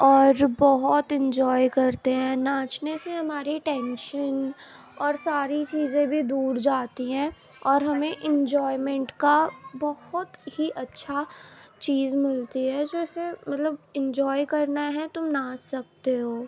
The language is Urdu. اور بہت انجوائے کرتے ہیں ناچنے سے ہماری ٹینشن اور ساری چیزیں بھی دور جاتی ہیں اور ہمیں انجوائمینٹ کا بہت ہی اچھا چیز ملتی ہے جیسے مطلب انجوائے کرنا ہے تو ناچ سکتے ہو